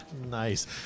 Nice